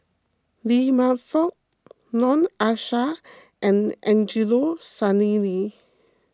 Lee Man Fong Noor Aishah and Angelo Sanelli